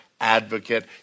advocate